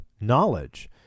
knowledge